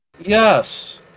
Yes